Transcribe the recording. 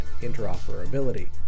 interoperability